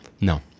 No